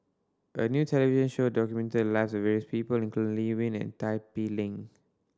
a new television show documented the lives of various people including Lee Wen and Tin Pei Ling